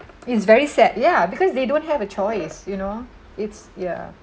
it's very sad ya because they don't have a choice you know it's ya